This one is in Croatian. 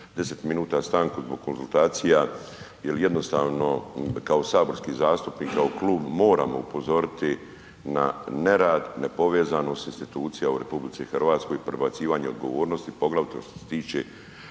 10 minuta stanku zbog konzultacija jer jednostavno kao saborski zastupnik, kao klub moramo upozoriti na nerad, nepovezanost institucija u RH i prebacivanje odgovornosti poglavito